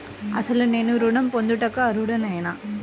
అసలు నేను ఋణం పొందుటకు అర్హుడనేన?